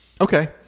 Okay